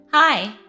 Hi